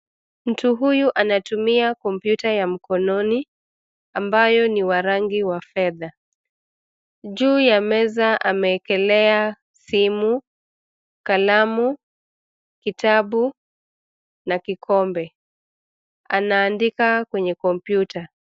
Mtu huyu anatumia kompyuta ya mkononi ambayo ni wa rangi wa fedha. Juu ya meza ameekelea simu, kalamu, kitabu na kikombe. Anaandika kwenye kompyuta.